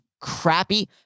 crappy